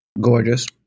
gorgeous